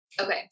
Okay